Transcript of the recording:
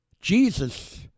Jesus